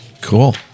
Cool